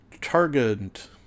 Target